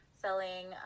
selling